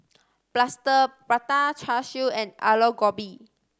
Plaster Prata Char Siu and Aloo Gobi